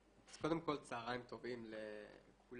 אז קודם כל צהריים טובים לכולם,